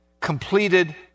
completed